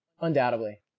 Undoubtedly